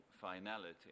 finality